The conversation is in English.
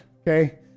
Okay